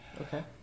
Okay